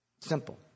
Simple